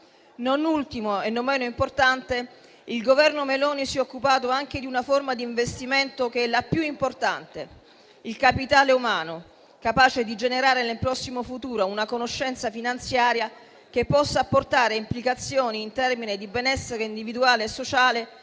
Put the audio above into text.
Non ultimo e non meno importante, il Governo Meloni si è occupato anche di una forma di investimento che è la più importante: il capitale umano, capace di generare nel prossimo futuro una conoscenza finanziaria che possa apportare implicazioni in termini di benessere individuale e sociale,